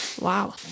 Wow